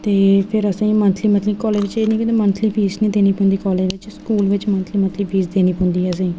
ते फिर असें मंथली मतलब कालेज बिच्च मंथली फीस नीं देने पौंदी कालेज बिच्च स्कूल बिच्च मंथली मंथली फीस देने पौंदी ऐ असेंगी